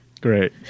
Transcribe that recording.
Great